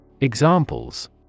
Examples